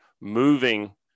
moving